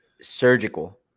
surgical